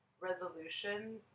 resolution